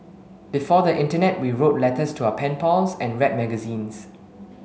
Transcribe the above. before the internet we wrote letters to our pen pals and read magazines